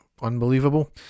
Unbelievable